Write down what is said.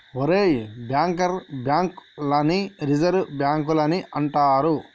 ఒరేయ్ bankers bank లని reserve బాంకులని అంటారు